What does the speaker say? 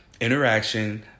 interaction